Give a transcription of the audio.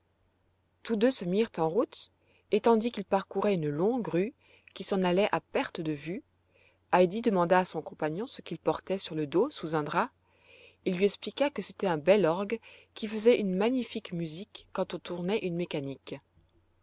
tous deux se mirent en route et tandis qu'ils parcouraient une longue rue qui s'en allait à perte de vue heidi demanda à son compagnon ce qu'il portait sur le dos sous un drap il lui expliqua que c'était un bel orgue qui faisait une magnifique musique quand on tournait une mécanique